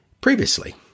previously